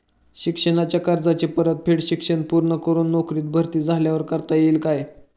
शिक्षणाच्या कर्जाची परतफेड शिक्षण पूर्ण करून नोकरीत भरती झाल्यावर करता येईल काय?